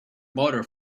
motor